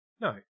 No